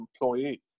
employee